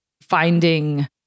finding